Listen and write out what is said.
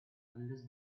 unless